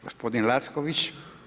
Gospodin Lacković.